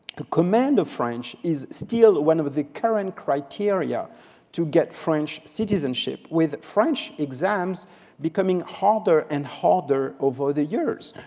command of french is still one of of the current criteria to get french citizenship, with french exams becoming harder and harder over the years.